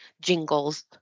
jingles